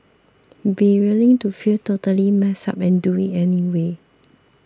be willing to feel totally messed up and do it anyway